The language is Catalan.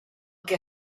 que